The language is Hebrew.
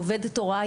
עובדת הוראה,